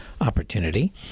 opportunity